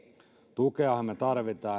tukeahan me tarvitsemme